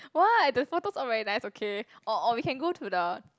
what the photos all very nice okay or or we can go to the